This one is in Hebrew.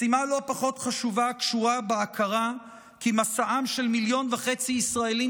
משימה לא פחות חשובה קשורה להכרה כי מסעם של מיליון וחצי ישראלים